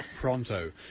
pronto